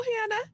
Hannah